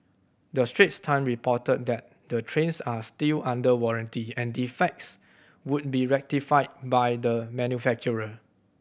the Straits Time reported that the trains are still under warranty and defects would be rectified by the manufacturer